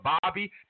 Bobby